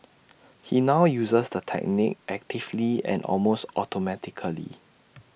he now uses the technique actively and almost automatically